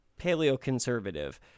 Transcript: paleoconservative